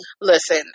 Listen